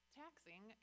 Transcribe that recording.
taxing